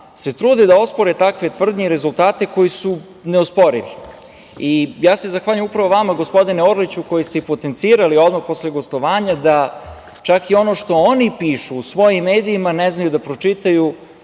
se trude da ospore takve tvrdnje i rezultate koji su neosporivi. Zahvaljujem se upravo vama, gospodine Orliću, koji ste i potencirali odmah posle gostovanja da čak i ono što oni pišu u svojim medijima ne znaju da pročitaju